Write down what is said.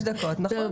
טוב,